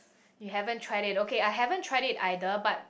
you haven't tried it okay I haven't tried it either but